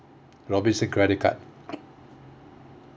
robinson credit card